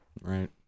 Right